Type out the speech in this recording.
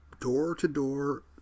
door-to-door